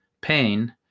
pain